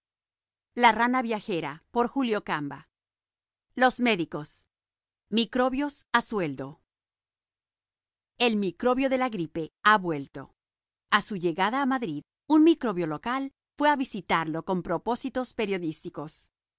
v microbios a sueldo el microbio de la gripe ha vuelto a su llegada a madrid un microbio local fue a visitarlo con propósitos periodísticos